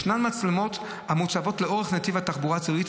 יש מצלמות המוצבות לאורך נתיב התחבורה הציבורית,